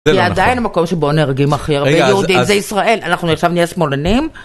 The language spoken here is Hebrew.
היא עדיין המקום שבו נהרגים הכי הרבה יהודים, זה ישראל, אנחנו עכשיו נהיה שמאלנים.